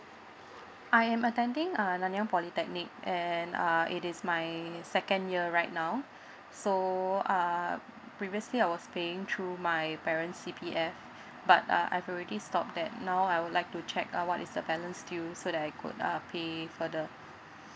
I am attending uh nanyang polytechnic and uh it is my second year right now so um previously I was paying through my parent's C_P_F but uh I've already stop that now I would like to check out what is the balance due so that I could uh pay further